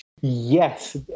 Yes